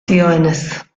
zioenez